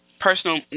Personal